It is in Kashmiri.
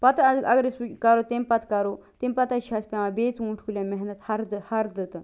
پتہٕ اگر أسۍ کَرو تَمہِ پتہٕ کَرو تَمہِ پَتٔے چھِ اسہِ پیٚوان بیٚیہِ ژوٗنٛٹھۍ کُلیٚن محنت ہردٕ ہردٕ تہٕ